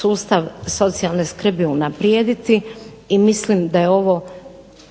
sustav socijalne skrbi unaprijediti i mislim da je ovo